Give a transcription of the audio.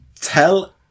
tell